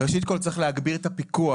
ראשית כל, צריך להגביר את הפיקוח.